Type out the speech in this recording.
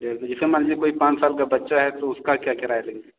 या तो जैसे मान लीजिए कोई पाँच साल का बच्चा है तो उसका क्या किराया लगेगा